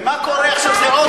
ומה קורה, עכשיו זה אוטו?